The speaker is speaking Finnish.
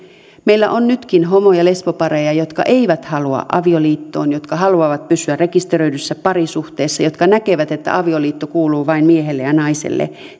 meillä on nytkin homo ja lesbopareja jotka eivät halua avioliittoon jotka haluavat pysyä rekisteröidyssä parisuhteessa jotka näkevät että avioliitto kuuluu vain miehelle ja naiselle